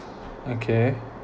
okay